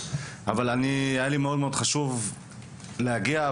מאוד-מאוד חשוב להגיע.